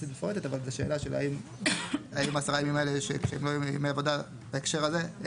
מפורטת אבל זו שאלה של האם 10 ימי עבודה בהקשר הזה,